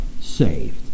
saved